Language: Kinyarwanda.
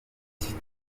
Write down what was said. tito